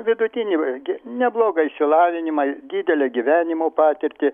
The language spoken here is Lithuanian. vidutinybį gi neblogą išsilavinimą didelę gyvenimo patirtį